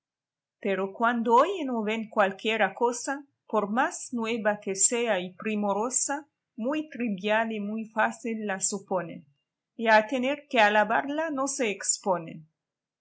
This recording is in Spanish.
pues cuando oyen o ven cualquiera cosa por más nueva que sea y primorosa muy trivial y muy fácil la suponen y a tener que alabarla no se exponen